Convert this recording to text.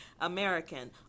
American